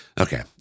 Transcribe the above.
okay